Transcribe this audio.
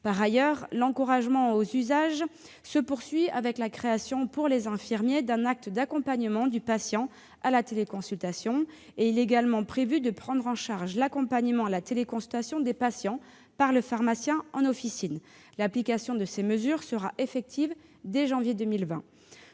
Par ailleurs, l'encouragement aux usages se poursuit avec la création, pour les infirmiers, d'un acte d'accompagnement du patient à la téléconsultation. Il est également prévu de prendre en charge l'accompagnement à la téléconsultation des patients par le pharmacien en officine. L'application de ces mesures sera effective dès janvier 2020.